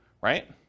right